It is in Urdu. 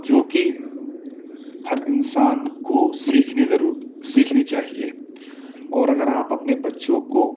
جو کہ ہر انسان کو سیکھنی ضرور سیکھنی چاہیے اور اگر آپ اپنے بچوں کو